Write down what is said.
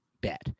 bet